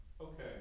Okay